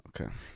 Okay